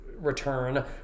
return